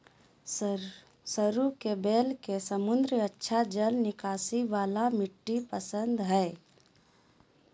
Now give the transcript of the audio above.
सरू के बेल के समृद्ध, अच्छा जल निकासी वाला मिट्टी पसंद हइ